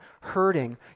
hurting